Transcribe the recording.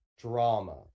drama